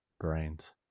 brains